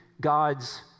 God's